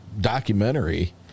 documentary